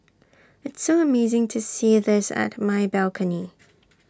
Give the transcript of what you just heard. it's so amazing to see this at my balcony